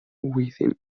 within